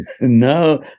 No